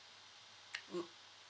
mm